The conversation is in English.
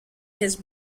his